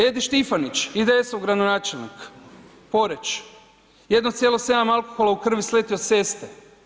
Edi Štifanić IDS-ov gradonačelnik, Poreč, 1,7 alkohola u krvi, sletio s ceste.